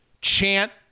chant